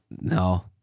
No